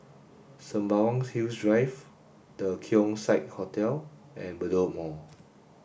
Sembawang Hills Drive The Keong Saik Hotel and Bedok Mall